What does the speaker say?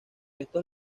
estos